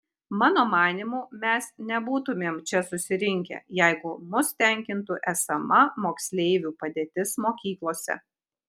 mano manymu mes nebūtumėm čia susirinkę jeigu mus tenkintų esama moksleivių padėtis mokyklose